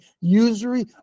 Usury